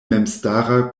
memstara